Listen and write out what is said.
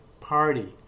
party